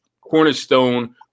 cornerstone